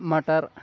مَٹر